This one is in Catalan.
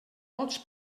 tots